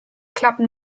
klappen